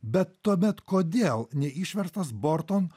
bet tuomet kodėl neišverstas borton